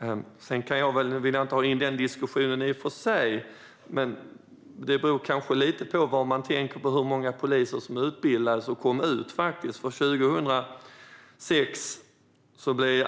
I och för sig vill jag inte ha in den diskussionen, men det beror kanske lite på hur många poliser som utbildades och som sedan kom ut.